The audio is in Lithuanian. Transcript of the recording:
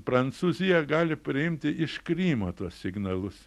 prancūzija gali priimti iš krymo tuos signalus